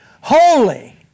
holy